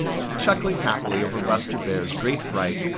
chuckling happily over buster bear's great fright,